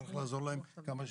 צריך לעזור להם כמה שאפשר,